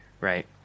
right